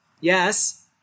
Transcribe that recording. yes